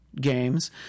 games